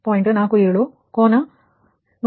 47 ಕೋನ 175